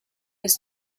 was